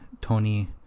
Tony